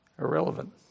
irrelevant